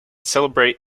celebrate